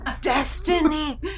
Destiny